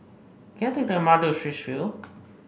can I take the M R T to Straits View